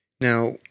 Now